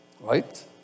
Right